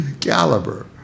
caliber